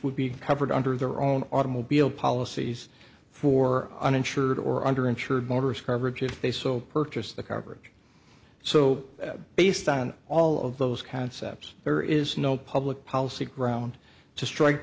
would be covered under their own automobile policies for uninsured or under insured motorists coverage if they so purchased the coverage so based on all of those concepts there is no public policy ground to strike